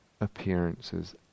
appearances